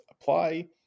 apply